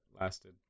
lasted